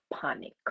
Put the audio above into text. panic